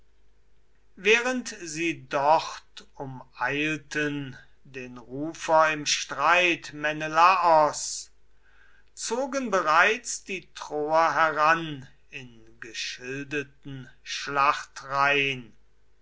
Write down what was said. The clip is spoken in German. während sie dort umeilten den rufer im streit menelaos zogen bereits die troer heran in geschildeten